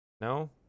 No